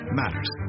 matters